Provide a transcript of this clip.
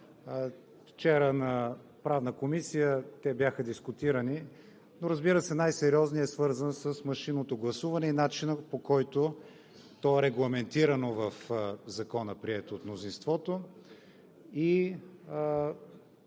Вчера в Правната комисия те бяха дискутирани, но, разбира се, най-сериозният е свързан с машинното гласуване и начина, по който то е регламентирано в Закона, приет от мнозинството